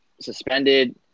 suspended –